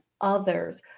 others